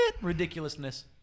ridiculousness